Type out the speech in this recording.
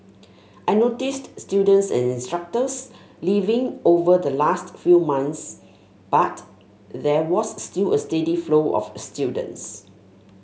I noticed students and instructors leaving over the last few months but there was still a steady flow of students